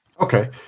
Okay